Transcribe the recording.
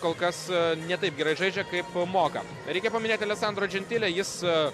kol kas su ne taip gerai žaidžia kaip moka reikia paminėti alesandro džentilė jis